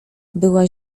była